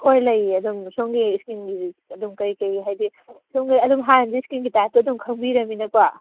ꯍꯣꯏ ꯂꯩꯌꯦ ꯑꯗꯨꯝ ꯁꯣꯝꯒꯤ ꯁ꯭ꯀꯤꯟꯒꯤ ꯑꯗꯨꯝ ꯀꯔꯤ ꯀꯔꯤ ꯍꯥꯏꯗꯤ ꯁꯣꯝꯒꯤ ꯑꯗꯨꯝ ꯍꯥꯟꯅꯗꯤ ꯁ꯭ꯀꯤꯟꯒꯤ ꯇꯥꯏꯞꯇꯨ ꯑꯗꯨꯝ ꯈꯪꯕꯤꯔꯕꯅꯤꯅ ꯀꯣ